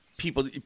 People